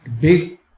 Big